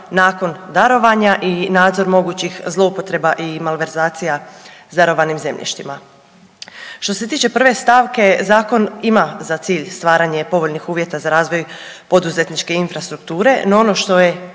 nakon darovanja i nadzor mogućih zloupotreba i malverzacija s darovanim zemljištima. Što se tiče prve stavke zakon ima za cilj stvaranje povoljnih uvjeta za razvoj poduzetničke infrastrukture, no ono što je